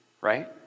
Right